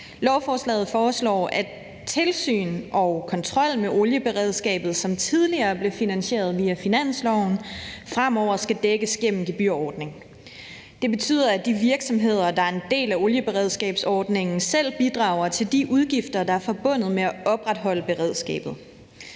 Lovforslaget foreslår, at tilsyn og kontrol med olieberedskabet, som tidligere blev finansieret via finansloven, fremover skal dækkes gennem en gebyrordning. Det betyder, at de virksomheder, der er en del af olieberedskabsordningen, selv bidrager til de udgifter, der er forbundet med at opretholde beredskabet.